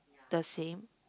the same